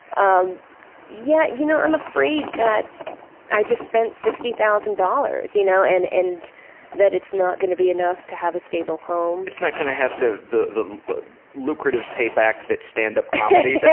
um yeah, you know, i'm afraid that i just spent sixty thousand dollars you know, and and that it's not gonna be enough to have a stable home. it's not gonna have the the lucrative payback that standup comedy